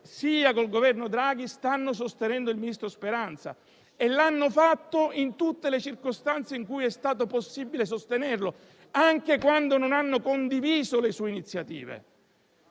sia con il Governo Draghi stanno sostenendo il ministro Speranza, e l'hanno fatto in tutte le circostanze in cui è stato possibile farlo, anche quando non hanno condiviso le sue iniziative.